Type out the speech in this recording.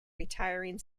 retiring